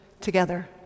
together